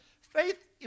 Faith